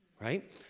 Right